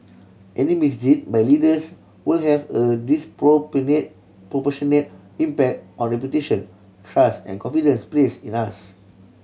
any misdeed by leaders will have a proportionate impact on reputation trust and confidence placed in us